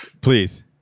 Please